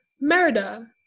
Merida